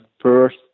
first